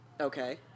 Okay